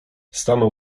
stanął